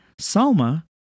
Salma